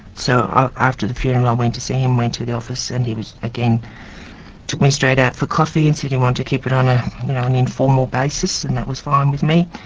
so after the funeral i went to see him, went to the office, and he was again took me straight out for a coffee and said he wanted to keep it on ah an informal basis, and that was fine with me,